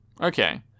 Okay